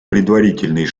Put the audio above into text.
предварительные